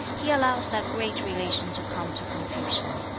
he allows that great relation to come to confusion.